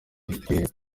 gihe